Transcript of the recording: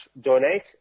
donate